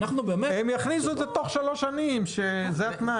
הם יכניסו תוך שלוש שנים שזה התנאי.